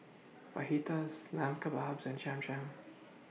Fajitas Lamb Kebabs and Cham Cham